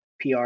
PR